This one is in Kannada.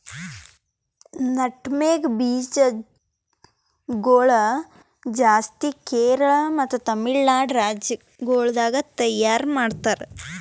ನಟ್ಮೆಗ್ ಬೀಜ ಗೊಳ್ ಜಾಸ್ತಿ ಕೇರಳ ಮತ್ತ ತಮಿಳುನಾಡು ರಾಜ್ಯ ಗೊಳ್ದಾಗ್ ತೈಯಾರ್ ಮಾಡ್ತಾರ್